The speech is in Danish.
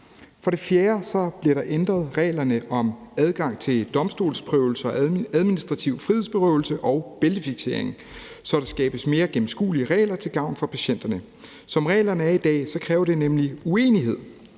For det fjerde bliver der ændret i reglerne om adgang til domstolsprøvelse og administrativ frihedsberøvelse og bæltefiksering, så der skabes mere gennemskuelige regler til gavn for patienterne. Som reglerne er i dag, kræver det nemlig uenighed,